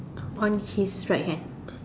on his right hand